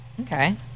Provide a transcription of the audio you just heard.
Okay